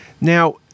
Now